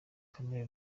kamere